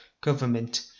government